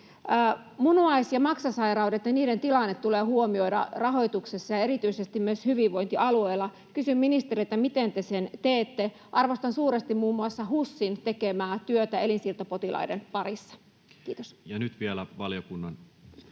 Munuais- ja maksasairaudet ja niiden tilanne tulee huomioida rahoituksessa ja erityisesti myös hyvinvointialueilla. Kysyn ministereiltä: miten te sen teette? Arvostan suuresti muun muassa HUSin tekemää työtä elinsiirtopotilaiden parissa. — Kiitos.